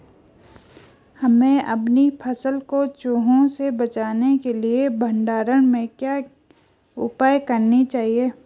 हमें अपनी फसल को चूहों से बचाने के लिए भंडारण में क्या उपाय करने चाहिए?